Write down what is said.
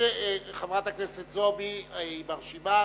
חברת הכנסת זועבי ברשימה,